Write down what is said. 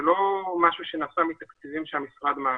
זה לא משהו שנעשה מתקציבים שהמשרד מעמיד.